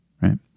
right